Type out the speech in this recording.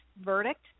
verdict